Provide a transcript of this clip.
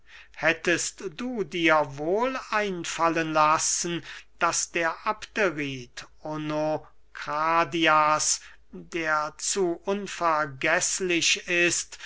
hättest du dir wohl einfallen lassen daß der abderit onokradias der zu unvergeßlich ist